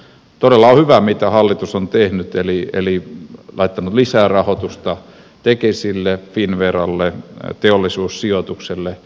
todella on hyvä mitä hallitus on tehnyt eli laittanut lisää rahoitusta tekesille finnveralle teollisuussijoitukselle